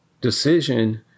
decision